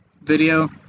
video